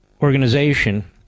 organization